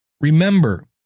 remember